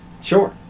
Sure